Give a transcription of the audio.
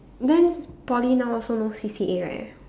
then Poly now also no C_C_A right